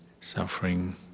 suffering